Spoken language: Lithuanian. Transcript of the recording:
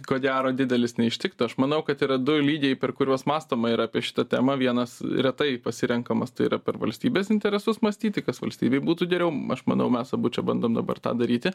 ko gero didelis neištiktų aš manau kad yra du lygiai per kuriuos mąstoma yra apie šitą temą vienas retai pasirenkamas tai yra per valstybės interesus mąstyti kas valstybei būtų geriau aš manau mes abu čia bandom dabar tą daryti